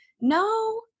no